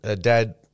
dad